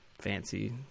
Fancy